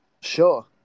sure